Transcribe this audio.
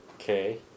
Okay